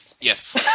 Yes